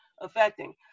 affecting